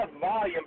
volume